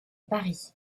paris